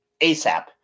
ASAP